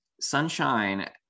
Sunshine